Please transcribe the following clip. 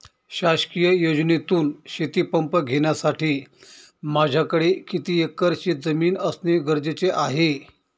शासकीय योजनेतून शेतीपंप घेण्यासाठी माझ्याकडे किती एकर शेतजमीन असणे गरजेचे आहे?